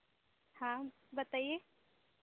हाँ बताइए